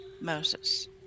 Moses